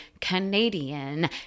Canadian